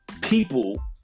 people